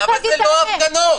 לא, לא הפגנות.